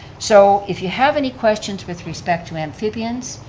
so if you have any questions with respect to amphibians,